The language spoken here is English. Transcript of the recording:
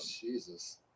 Jesus